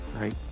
right